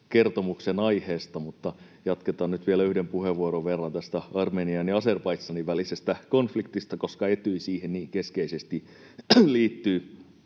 kertomuksen aiheesta, mutta jatketaan nyt vielä yhden puheenvuoron verran tästä Armenian ja Azerbaidžanin välisestä konfliktista, koska Etyj siihen niin keskeisesti liittyy.